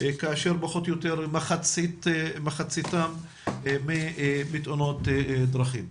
כאשר פחות או יותר מחציתם מתאונות דרכים.